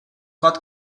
pot